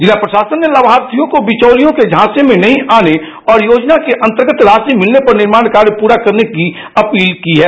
जिला प्रशासन ने लामार्थियों को बिचौलियों के झांसे में नहीं आने और योजना के अंतर्गत राशि मिलने पर निर्माण कार्य पूरा करने की अपील की है